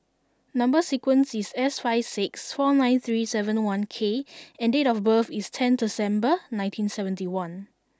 number sequence is S five six four nine three seven one K and date of birth is ten December nineteen seventy one